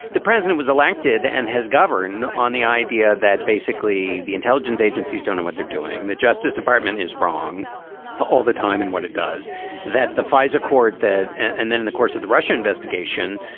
the president was elected and has govern on the idea that basically the intelligence agencies don't know what they're doing. the justice department is wrong all the time. and what it does that the fisa court that and then in the course of the russia investigation,